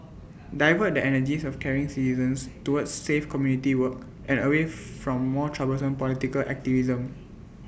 divert the energies of caring citizens towards safe community work and away from more troublesome political activism